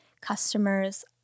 customers